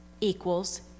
equals